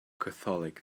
catholic